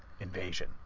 invasion